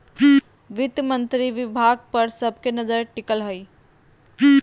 वित्त मंत्री विभाग पर सब के नजर टिकल हइ